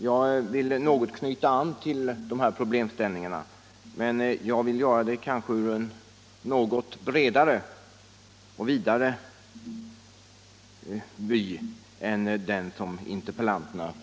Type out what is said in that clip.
Jag vill knyta an till dessa problemställningar, men jag ser dem då ur en något vidare synvinkel än interpellanterna.